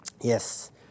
Yes